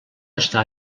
estar